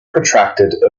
protracted